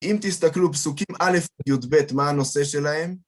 אם תסתכלו פסוקים א' עד י"ב, מה הנושא שלהם,